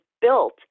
built